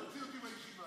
תוציא אותי מהישיבה.